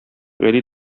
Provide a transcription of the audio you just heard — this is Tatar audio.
вәли